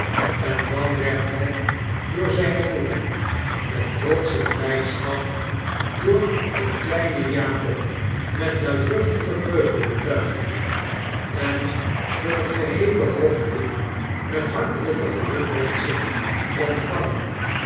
en dan werd hij door zijne moeder met trotsche blijdschap door den kleinen jakob met luidruchtige vreugdebetuigingen en door het geheele hofje met hartelijke gelukwenschen ontvangen